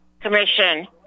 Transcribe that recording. commission